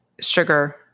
sugar